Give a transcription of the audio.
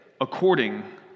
according